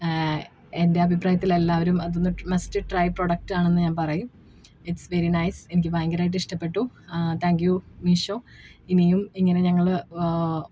എൻ്റെ അഭിപ്രായത്തിൽ എല്ലാവരും അതൊന്നു മസ്റ്റ് ട്രൈ പ്രോഡക്റ്റാണെന്നു ഞാൻ പറയും ഇട്സ് വെരി നൈസ് എനിക്ക് ഭയങ്കരമായിട്ട് ഇഷ്ടപ്പെട്ടു താങ്ക് യൂ മീഷോ ഇനിയും ഇങ്ങനെ ഞങ്ങൾ